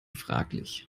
fraglich